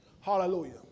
Hallelujah